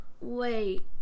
Wait